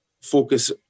focus